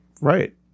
Right